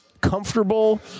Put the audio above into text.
Comfortable